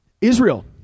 Israel